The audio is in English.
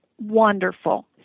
wonderful